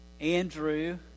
Andrew